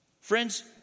Friends